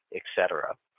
et cetera.